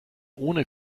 ohne